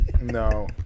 No